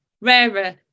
rarer